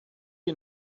you